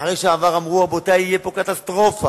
ואחרי שעבר אמרו: רבותי, תהיה פה קטסטרופה.